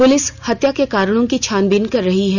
police हत्या के कारणों की छानबीन कर रही है